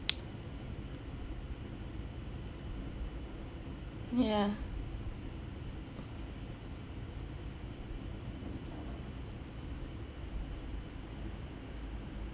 ya